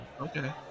okay